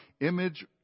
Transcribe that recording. image